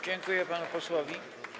Dziękuję panu posłowi.